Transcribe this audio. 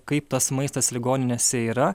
kaip tas maistas ligoninėse yra